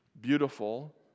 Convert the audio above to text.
beautiful